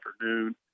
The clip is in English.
afternoon